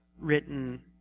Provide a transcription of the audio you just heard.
written